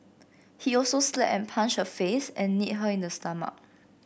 he also slapped and punched her face and kneed her in the stomach